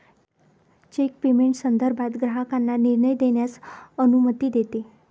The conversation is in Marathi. चेक पेमेंट संदर्भात ग्राहकांना निर्णय घेण्यास अनुमती देते